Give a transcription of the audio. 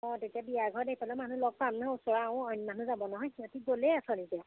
অঁ তেতিয়া বিয়াঘৰত এইফালৰ মানুহ লগ পাম নহয় ওচৰৰে আৰু অইন মানুহ যাব নহয় সিহঁতি গ'লেই অথনিতে